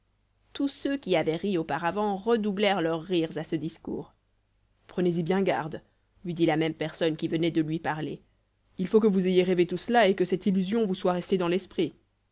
tous ceux qui avaient ri auparavant redoublèrent leurs ris à ce discours prenez-y bien garde lui dit la même personne qui venait de lui parler il faut que vous ayez rêvé tout cela et que cette illusion vous soit restée dans l'esprit